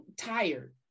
tired